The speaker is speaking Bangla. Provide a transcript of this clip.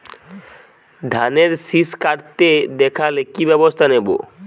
ধানের শিষ কাটতে দেখালে কি ব্যবস্থা নেব?